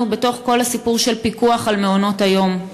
בתוך כל הסיפור של פיקוח על מעונות היום.